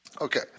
Okay